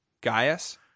Gaius